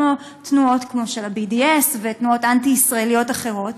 כמו תנועת ה-BDS ותנועות אנטי-ישראליות אחרות.